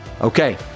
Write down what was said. Okay